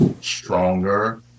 stronger